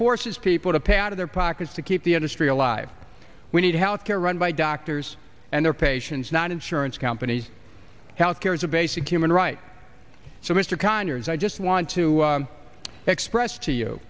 forces people to pay out of their pockets to keep the industry alive we need health care run by doctors and their patients not insurance companies health care is a basic human right so mr conyers i just want to express to you